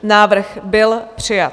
Návrh byl přijat.